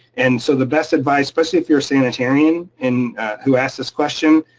and so the best advice, especially if you're sanitarian and who asked this question,